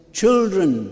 children